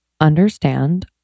understand